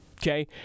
Okay